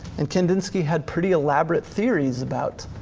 and kandinsky had pretty elaborate theories about